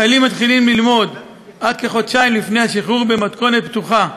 החיילים מתחילים ללמוד עד כחודשיים לפני השחרור במתכונת פתוחה,